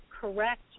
correct